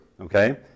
okay